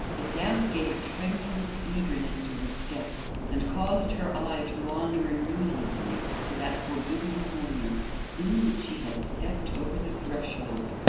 the doubt gave a tremulous eagerness to her step and caused her eye to wander immediately to that forbidden corner soon as she had stepped over the threshold.